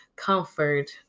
comfort